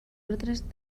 ordres